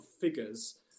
figures